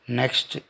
next